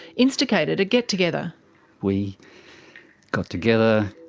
instigated a get-together. we got together,